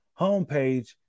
homepage